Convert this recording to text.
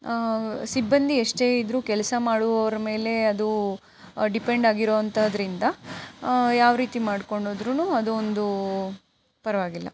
ಸಿಬ್ಬಂದಿ ಎಷ್ಟೇ ಇದ್ರೂ ಕೆಲಸ ಮಾಡುವವ್ರ ಮೇಲೆ ಅದು ಡಿಪೆಂಡ್ ಆಗಿರೋಂಥದ್ದರಿಂದ ಯಾವ ರೀತಿ ಮಾಡ್ಕೊಂಡು ಹೋದ್ರೂನು ಅದು ಒಂದು ಪರವಾಗಿಲ್ಲ